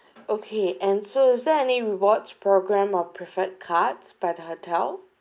okay and so is there any rewards program or preferred cards by the hotel